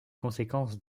conséquences